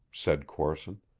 said corson,